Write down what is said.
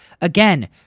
Again